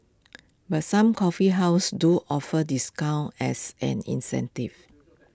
but some coffee houses do offer discounts as an incentive